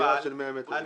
לדירה של 100 מטר.